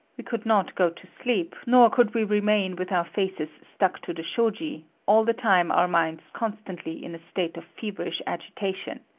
we could not go to sleep, nor could we remain with our faces stuck to the shoji all the time our minds constantly in a state of feverish agitation.